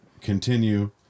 continue